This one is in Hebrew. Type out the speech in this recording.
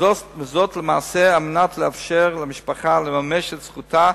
זאת למעשה על מנת לאפשר למשפחה לממש את זכותה